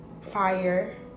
fire